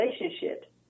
relationship